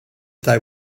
they